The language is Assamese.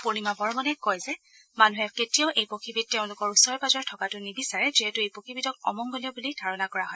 পূৰ্ণিমা বৰ্মনে কয় যে মানুহে কেতিয়াও এই পক্ষীবিধ তেওঁলোকৰ ওচৰে পাজৰে থকাটো নিবিচাৰে যিহেতু এই পক্ষীবিধক অমংগলীয়া বুলি ধাৰণা কৰা হয়